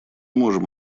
можем